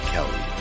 Kelly